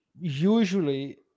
usually